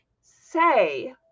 say